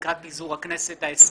לקראת פיזור הכנסת ה-20.